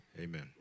Amen